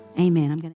Amen